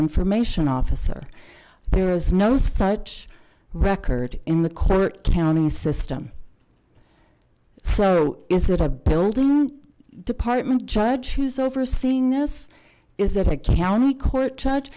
information officer there is no such record in the court county system so is it a building department judge who's overseeing this is it a county court judge